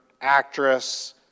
actress